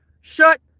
Shut